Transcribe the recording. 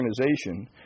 organization